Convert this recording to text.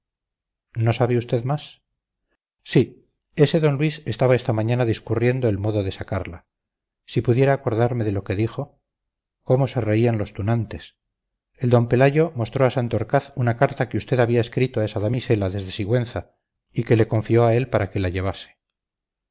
no sabe usted más sí ese d luis estaba esta mañana discurriendo el modo de sacarla si pudiera acordarme de lo que dijo cómo se reían los tunantes el d pelayo mostró a santorcaz una carta que usted había escrito a esa damisela desde sigüenza y que le confió a él para que la llevase